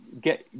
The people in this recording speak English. get